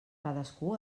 cadascú